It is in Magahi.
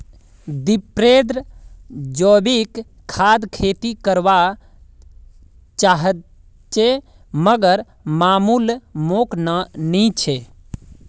दीपेंद्र जैविक खाद खेती कर वा चहाचे मगर मालूम मोक नी छे